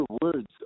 words